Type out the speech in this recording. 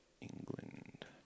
England